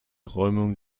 räumung